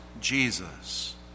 Jesus